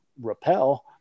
repel